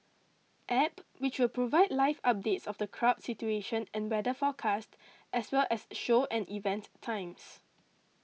App which will provide live updates of the crowd situation and weather forecast as well as show and event times